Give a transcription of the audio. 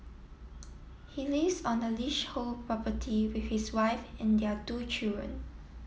he lease on the leash hole property with his wife and their two children